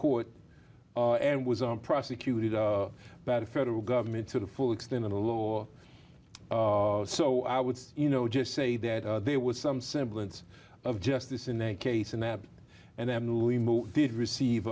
court and was on prosecuted but a federal government to the full extent of the law so i would you know just say that there was some semblance of justice in that case and that and then newly moved did receive